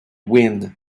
wind